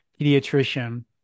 pediatrician